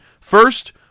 First